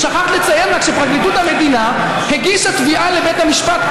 שכחת לציין רק שפרקליטות המדינה הגישה תביעה לבית המשפט,